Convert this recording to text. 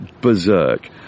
berserk